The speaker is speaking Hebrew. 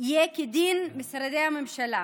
יהיה כדין משרדי הממשלה.